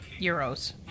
euros